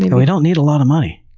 you know we don't need a lot of money,